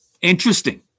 Interesting